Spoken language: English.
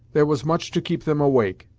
there was much to keep them awake,